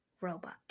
robot